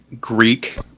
Greek